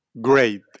Great